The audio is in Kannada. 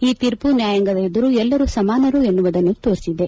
ಈ ತೀರ್ಮ ನ್ನಾಯಾಂಗದದೆದುರು ಎಲ್ಲರೂ ಸಮಾನರು ಎನ್ನುವುದನ್ನು ತೋರಿಸಿದೆ